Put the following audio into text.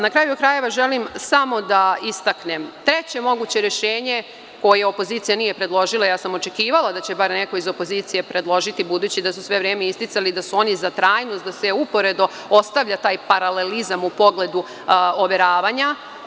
Na kraju krajeva, želim samo da istaknem treće moguće rešenje koje opozicija nije predložila, ja sam očekivala da će bar neko iz opozicije predložiti, budući da su sve vreme isticali da su oni za trajnost, da se uporedo ostavlja taj paralelizam u pogledu overavanja.